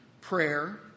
prayer